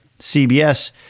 CBS